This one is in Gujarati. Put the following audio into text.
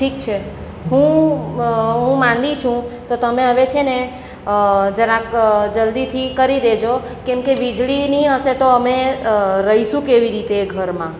ઠીક છે હું હું માંદી છું તો તમે હવે છે ને જરાક જલ્દીથી કરી દેજો કેમ કે વીજળી નહીં હશે તો અમે રહીશું કેવી રીતે ઘરમાં